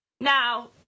Now